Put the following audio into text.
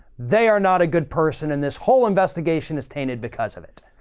they are not a good person and this whole investigation is tainted because of it.